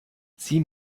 sieh